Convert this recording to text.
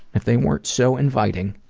if they weren't so inviting,